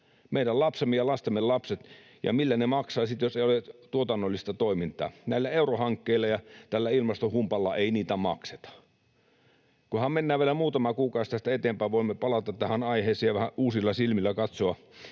Meidän lapsemme ja lastemme lapset. Ja millä ne maksetaan sitten, jos ei ole tuotannollista toimintaa? Näillä eurohankkeilla ja tällä ilmastohumpalla niitä ei makseta. Kunhan mennään vielä muutama kuukausi tästä eteenpäin, voimme palata tähän aiheeseen ja vähän uusilla silmillä katsoa.